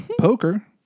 Poker